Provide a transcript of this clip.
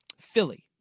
Philly